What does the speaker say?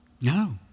No